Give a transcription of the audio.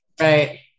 Right